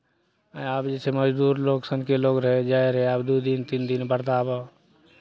आ आब जे छै मजदूर लोक सन के लोक रहै जाइत रहै आब दू दिन तीन दिन बरदाबह